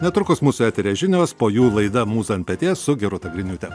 netrukus mūsų eteryje žinios po jų laida mūza ant peties su gerūta griniūte